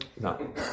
No